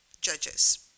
judges